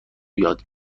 یاد